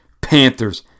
Panthers